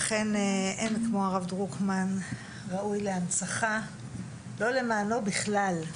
אכן אין כמו הרב דרוקמן ראוי להנצחה לא למענו בכלל.